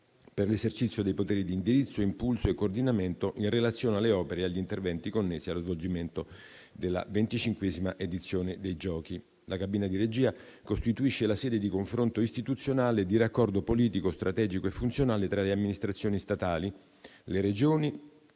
per l'esercizio dei poteri di indirizzo, impulso e coordinamento in relazione alle opere e agli interventi connessi allo svolgimento della XXV edizione dei Giochi. La cabina di regia costituisce la sede di confronto istituzionale e di raccordo politico, strategico e funzionale tra le amministrazioni statali, le Regioni,